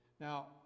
Now